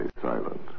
silent